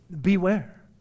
beware